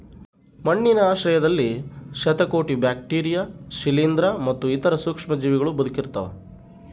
ಮಣ್ಣಿನ ಆಶ್ರಯದಲ್ಲಿ ಶತಕೋಟಿ ಬ್ಯಾಕ್ಟೀರಿಯಾ ಶಿಲೀಂಧ್ರ ಮತ್ತು ಇತರ ಸೂಕ್ಷ್ಮಜೀವಿಗಳೂ ಬದುಕಿರ್ತವ